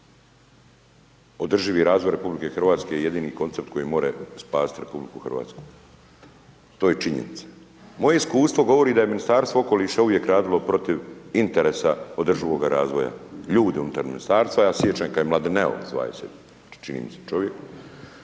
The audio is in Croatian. Održivi razvoj RH je jedini koncept koji može spasiti RH. To je činjenica. Moje iskustvo govori da je Ministarstvo okoliša uvijek radilo protiv interesa održivoga razvoja, ljudi unutar ministarstva, ja se sjećam kad je Mladineo zvao se čini mi se čovjek,